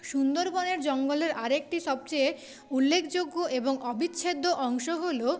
সুন্দরবনের জঙ্গলের আর একটি সবচেয়ে উল্লেখযোগ্য এবং অবিচ্ছেদ্য অংশ হল